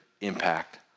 impact